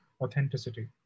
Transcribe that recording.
authenticity